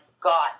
got